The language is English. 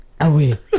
away